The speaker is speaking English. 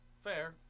Fair